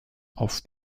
auf